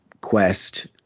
quest